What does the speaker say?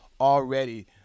already